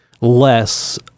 less